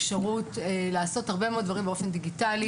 אפשרות לעשות הרבה מאוד דברים באופן דיגיטלי.